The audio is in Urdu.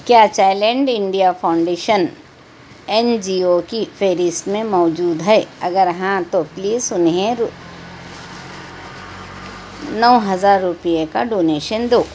کیا چائ لینڈ India foundation N G O کی فہرست میں موجود ہے اگر ہاں تو پلیز انہیں نو ہزار روپیے کا ڈونیشن دو